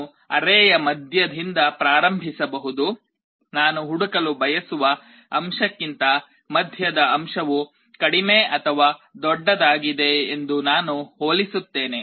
ನಾನು ಅರೇಯ ಮಧ್ಯದಿಂದ ಪ್ರಾರಂಭಿಸಬಹುದು ನಾನು ಹುಡುಕಲು ಬಯಸುವ ಅಂಶಕ್ಕಿಂತ ಮಧ್ಯದ ಅಂಶವು ಕಡಿಮೆ ಅಥವಾ ದೊಡ್ಡದಾಗಿದೆ ಎಂದು ನಾನು ಹೋಲಿಸುತ್ತೇನೆ